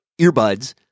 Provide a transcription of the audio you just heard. earbuds